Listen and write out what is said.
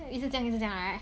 一直这样一直这样 right